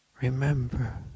Remember